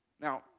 Now